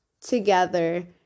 together